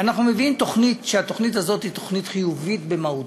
אנחנו מביאים תוכנית שהיא חיובית במהותה,